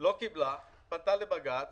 לא קיבלה, פנתה לבג"ץ